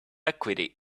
acuity